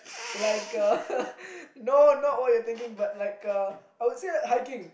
like a no no not what you're thinking but like a I would say hiking